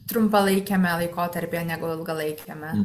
trumpalaikiame laikotarpyje negu ilgalaikiame